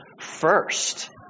first